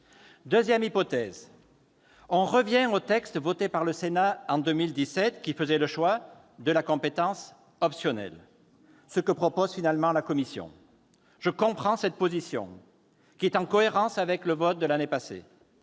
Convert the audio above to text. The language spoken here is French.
Deuxième hypothèse, on revient au texte voté par le Sénat en février 2017 qui faisait le choix de la compétence optionnelle- ce que propose finalement la commission. Je comprends cette position, qui est en cohérence avec le vote de l'an passé